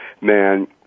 man